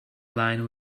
line